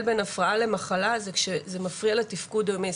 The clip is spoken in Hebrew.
בין הפרעה למחלה זה כשזה מפריע לתפקוד היומי.